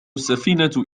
السفينة